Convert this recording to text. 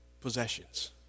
possessions